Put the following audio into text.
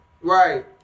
right